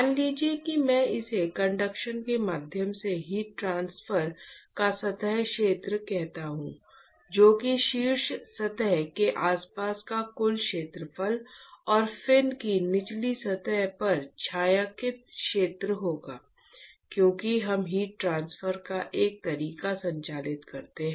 मान लीजिए कि मैं इसे कंडक्शन के माध्यम से हीट ट्रांसफर का सतह क्षेत्र कहता हूं जो कि शीर्ष सतह के आसपास का कुल क्षेत्रफल और फिन की निचली सतह पर छायांकित क्षेत्र होगा क्योंकि हम हीट ट्रांसफर का एक तरीका संचालित करते हैं